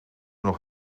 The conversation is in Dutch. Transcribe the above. nog